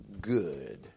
good